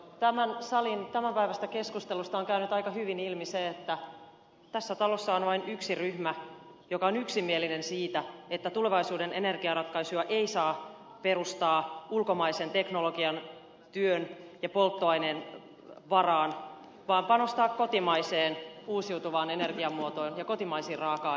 tämän salin tämänpäiväisestä keskustelusta on käynyt aika hyvin ilmi se että tässä talossa on vain yksi ryhmä joka on yksimielinen siitä että tulevaisuuden energiaratkaisuja ei saa perustaa ulkomaisen teknologian työn ja polttoaineen varaan vaan pitää panostaa kotimaiseen uusiutuvaan energiamuotoon ja kotimaisiin raaka aineisiin